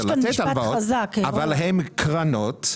אבל אלה קרנות,